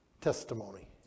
testimony